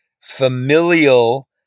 familial